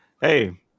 hey